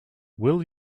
will